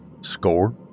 Score